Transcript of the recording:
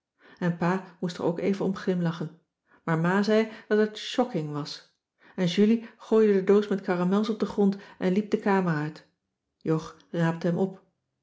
en pa moest er ook even om glimlachen maar ma zei dat het shocking was en julie gooide de doos met caramels op de grond en liep de kamer uit jog raapte hem op